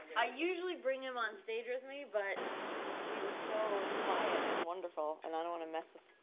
i usually bring him on stage with me but he was so quiet and wonderful and i don't want to mess with,